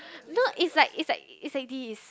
no it's like it's like it's like this